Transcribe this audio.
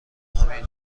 همین